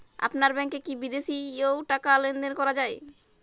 আপনার ব্যাংকে কী বিদেশিও টাকা লেনদেন করা যায়?